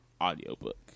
audiobook